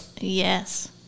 Yes